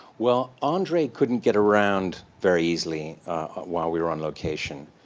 well, andre couldn't get around very easily while we were on location.